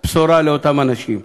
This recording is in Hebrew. בשורה בהן לאותם אנשים.